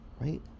right